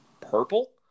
purple